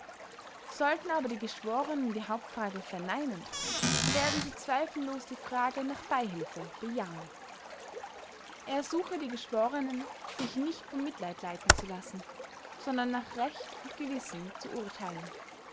sollten aber die geschworenen die hauptfrage verneinen nen so werden sie zweifellos die frage nach beihilfe bejahen er ersuche die geschworenen sich nicht vom mitleid leiten zu lassen sondern nach recht und gewissen zu urteilen